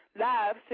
live